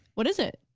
what is it?